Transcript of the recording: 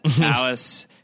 alice